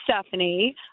Stephanie